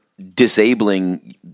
Disabling